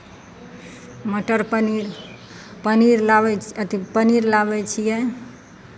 मटर पनीर पनीर लाबै अथि पनीर लाबै छियै